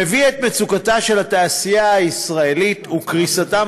מביא את מצוקתה של התעשייה הישראלית ואת קריסתם